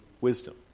wisdom